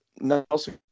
Nelson